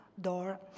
door